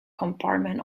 compartment